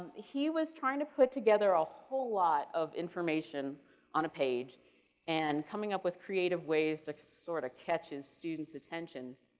he was trying to put together a whole lot of information on a page and coming up with creative ways to sort of catch his students attention.